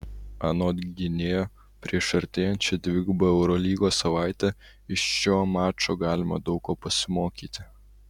anot gynėjo prieš artėjančią dvigubą eurolygos savaitę iš šio mačo galima daug ko pasimokyti